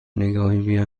نگاهی